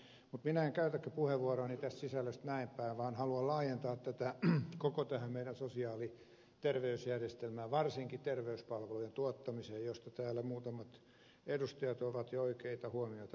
mutta minä en käytäkään puheenvuoroani tästä sisällöstä näin päin vaan haluan laajentaa tätä koko tähän meidän sosiaali ja terveysjärjestelmään varsinkin terveyspalvelujen tuottamiseen josta täällä muutamat edustajat ovat jo oikeita huomioita tehneet